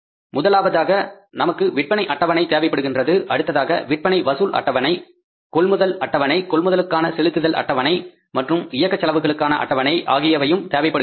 முதலாவதாக நமக்கு sales schedule தேவைப்படுகின்றது அடுத்ததாக sales collection schedule purchase schedule payment of purchase schedule மற்றும் ஆப்பரேட்டிங் எக்ஸ்பென்ஸஸ் செட்யூல் ஆகியவையும் தேவைப்படுகின்றது